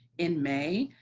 in may,